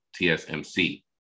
TSMC